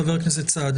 חבר הכנסת סעדי.